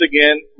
again